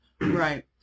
right